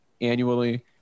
annually